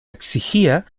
exigía